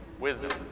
Wisdom